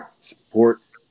sports